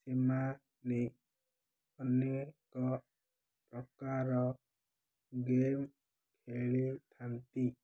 ସେମାନେ ମାନେ ଅନେକ ପ୍ରକାର ଗେମ୍ ଖେଳିଥାନ୍ତି